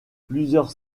plusieurs